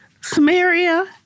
Samaria